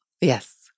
Yes